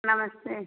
नमस्ते